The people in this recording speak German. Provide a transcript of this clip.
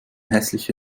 hässliche